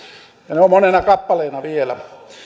ja ne ovat monena kappaleena vielä